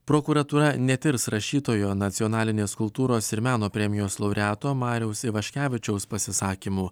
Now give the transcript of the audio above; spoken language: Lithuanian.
prokuratūra netirs rašytojo nacionalinės kultūros ir meno premijos laureato mariaus ivaškevičiaus pasisakymu